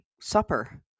supper